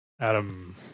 Adam